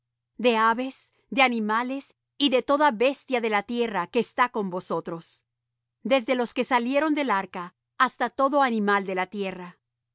de aves de animales y de toda bestia de la tierra que está con vosotros desde todos los que salieron del arca hasta todo animal de la tierra